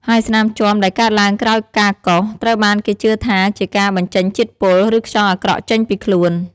ហើយស្នាមជាំដែលកើតឡើងក្រោយការកោស ត្រូវបានគេជឿថាជាការបញ្ចេញជាតិពុល ឬខ្យល់អាក្រក់ចេញពីខ្លួន។